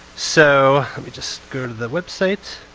so let me just go the website.